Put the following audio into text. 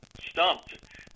stumped